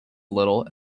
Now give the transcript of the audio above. little